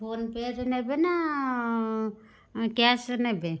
phone ପେ'ରେ ନେବେ ନା କ୍ୟାସ୍ରେ ନେବେ